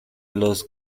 los